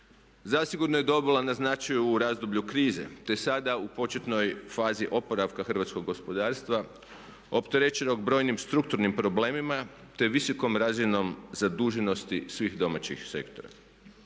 zasigurno je dobila na značaju u razdoblju krize, te sada u početnoj fazi oporavka hrvatskog gospodarstva opterećenog brojnim strukturnim problemima, te visokom razinom zaduženosti svih domaćih sektora.